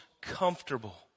comfortable